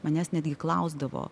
manęs netgi klausdavo